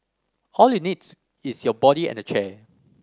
all you needs is your body and a chair